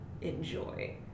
enjoy